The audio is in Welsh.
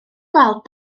gweld